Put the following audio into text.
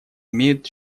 имеют